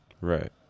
Right